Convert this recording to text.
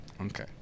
Okay